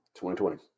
2020